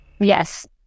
Yes